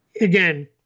again